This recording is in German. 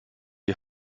die